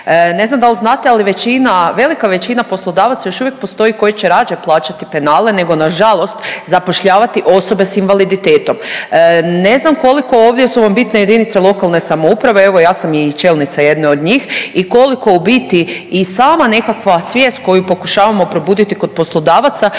Ne znam dal znate, ali većina, velika većina poslodavaca još uvijek postoji koji će rađe plaćati penale nego nažalost zapošljavati osobe s invaliditetom. Ne znam koliko ovdje su vam bitne JLS, evo ja sam i čelnica jedna od njih i koliko u biti i sama nekakva svijest koju pokušavamo probuditi kod poslodavaca